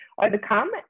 overcome